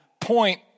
point